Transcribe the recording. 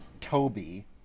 Toby